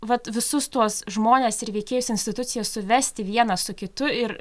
vat visus tuos žmones ir veikėjus institucijas suvesti vieną su kitu ir